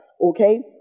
okay